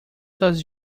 does